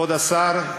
כבוד השר,